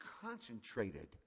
concentrated